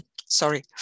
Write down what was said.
sorry